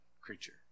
creature